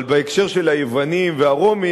אבל בהקשר של היוונים והרומים,